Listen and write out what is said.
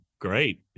great